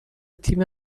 تیم